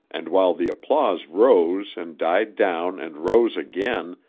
and while the applause rose and died down and rose again,